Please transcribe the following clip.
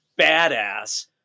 badass